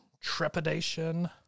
trepidation